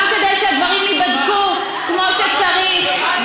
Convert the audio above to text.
גם כדי שהדברים ייבדקו כמו שצריך,